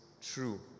true